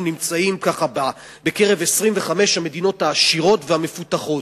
אנחנו נמצאים בקרב 25 המדינות העשירות והמפותחות,